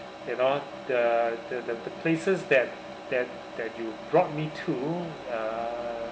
you know the the the the places that that that you brought me to uh